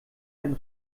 ein